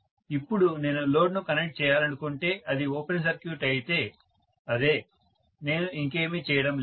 ఇప్పుడు నేను లోడ్ను కనెక్ట్ చేయాలనుకుంటే అది ఓపెన్ సర్క్యూట్ అయితే అదే నేను ఇంకేమీ చేయడం లేదు